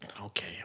okay